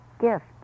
gift